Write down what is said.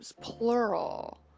plural